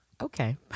okay